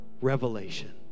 revelation